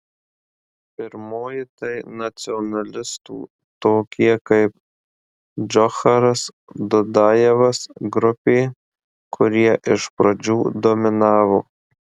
pirmoji tai nacionalistų tokie kaip džocharas dudajevas grupė kurie iš pradžių dominavo